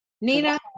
Nina